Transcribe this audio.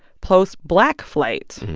post-black flight,